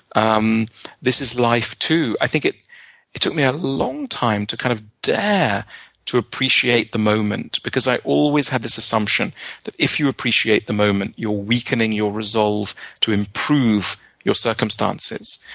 um this is life, too. i think it it took me a long time to kind of dare to appreciate the moment because i always had this assumption that if you appreciate the moment, you're weakening your resolve to improve your circumstances.